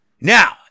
Now